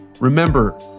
Remember